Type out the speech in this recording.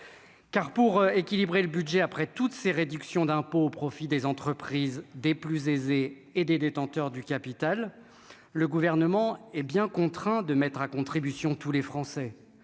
Car pour équilibrer le budget après toutes ces réductions d'impôts au profit des entreprises des plus aisés et des détenteurs du capital, le gouvernement est bien contraint de mettre à contribution tous les Français